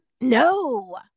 No